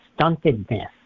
stuntedness